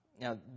Now